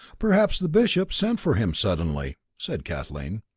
perhaps the bishop sent for him suddenly, said kathleen.